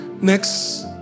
Next